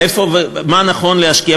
איפה ומה נכון להשקיע.